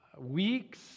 Weeks